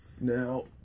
Now